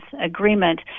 agreement